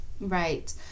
Right